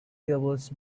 tablets